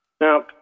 Now